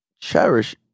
cherish